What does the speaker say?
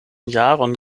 jaron